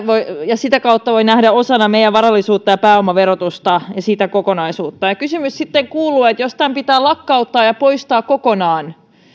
ja sitä kautta sen voi nähdä osana meidän varallisuutta ja pääomaverotusta ja sitä kokonaisuutta kysymys sitten kuuluu että jos tämä pitää lakkauttaa ja poistaa kokonaan